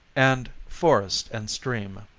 and forest and stream.